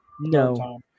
No